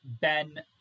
Ben